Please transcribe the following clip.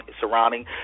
surrounding